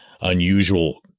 unusual